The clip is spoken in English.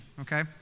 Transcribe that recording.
okay